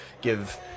give